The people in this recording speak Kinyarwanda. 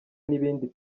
n’ibindi